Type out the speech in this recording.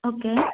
okay